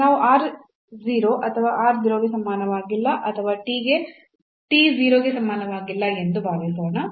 ನಾವು r 0 ಅಥವಾ r 0 ಗೆ ಸಮಾನವಾಗಿಲ್ಲ ಅಥವಾ t 0 ಗೆ ಸಮಾನವಾಗಿಲ್ಲ ಎಂದು ಭಾವಿಸೋಣ